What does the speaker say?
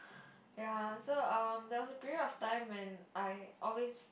ya so um there was a period of time when I always